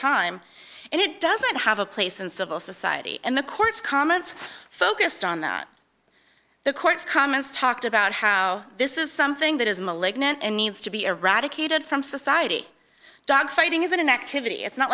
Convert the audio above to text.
time and it doesn't have a place in civil society and the courts comments focused on that the courts comments talked about how this is something that is malignant and needs to be eradicated from society dogfighting isn't an activity it's not